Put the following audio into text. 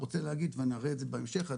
רוצה להגיד ונראה את זה בהמשך,